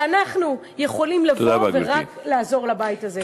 שאנחנו יכולים לבוא ורק לעזור לבית הזה.